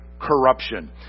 corruption